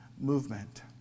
movement